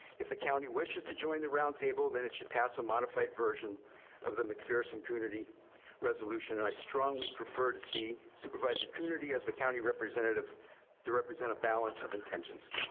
if the county wishes to join the roundtable, then it should pass a modified version of the mcpherson coonerty resolution, and i strongly prefer to see supervisor coonerty as the county representative to represent a balance of intentions.